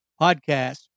podcast